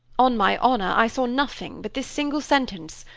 on my honor, i saw nothing but this single sentence,